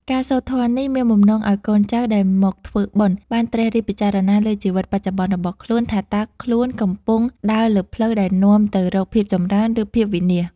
ការសូត្រធម៌នេះមានបំណងឱ្យកូនចៅដែលមកធ្វើបុណ្យ បានត្រិះរិះពិចារណាលើជីវិតបច្ចុប្បន្នរបស់ខ្លួន ថាតើខ្លួនកំពុងដើរលើផ្លូវដែលនាំទៅរកភាពចម្រើន ឬភាពវិនាស។